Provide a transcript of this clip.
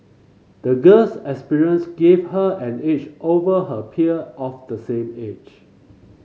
the girl's experience gave her an edge over her peer of the same age